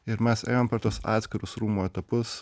ir mes ėjom per tuos atskirus rūmų etapus